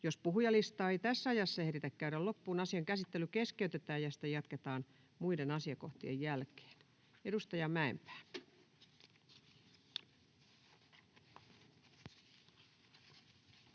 Jos puhujalistaa ei tässä ajassa ehditä käydä loppuun, asian käsittely keskeytetään ja sitä jatketaan muiden asiakohtien jälkeen. — Edustaja Mäenpää. Arvoisa